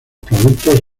productos